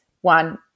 One